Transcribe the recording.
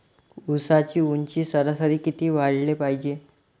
ऊसाची ऊंची सरासरी किती वाढाले पायजे?